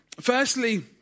firstly